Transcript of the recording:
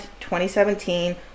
2017